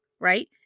right